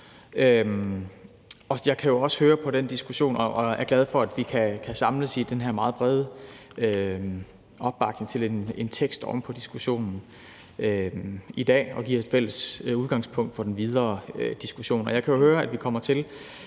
jeg kan jo også høre på den diskussion – jeg er i øvrigt glad for, at vi kan samles i den her meget brede opbakning til en tekst oven på diskussionen, og at vi har fælles udgangspunkt for den videre diskussion – at vi kommer til